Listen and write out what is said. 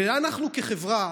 ואנחנו כחברה,